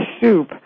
soup